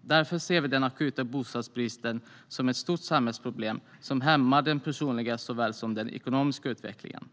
Därför ser vi den akuta bostadsbristen som ett stort samhällsproblem som hämmar såväl den personliga som den ekonomiska utvecklingen.